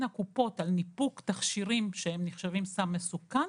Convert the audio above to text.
הקופות על ניפוק תכשירים שנחשבים סם מסוכן,